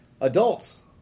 adults